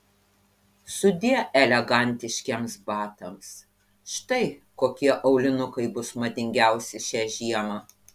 sudie elegantiškiems batams štai kokie aulinukai bus madingiausi šią žiemą